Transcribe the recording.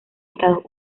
estados